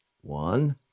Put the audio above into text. One